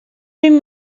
vint